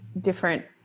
different